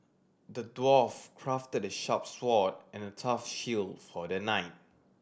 the dwarf crafted a sharp sword and a tough shield for the knight